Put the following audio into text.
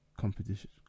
competition